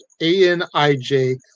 A-N-I-J